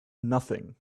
nothing